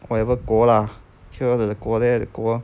whatever 国 lah here the 国 there the 国